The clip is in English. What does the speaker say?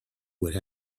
would